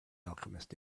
alchemist